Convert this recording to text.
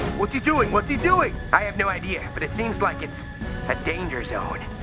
what's he doing, what's he doing? i have no idea, but it seems like it's a danger zone.